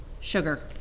Sugar